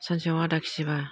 सानसेआव आदा खेजिबा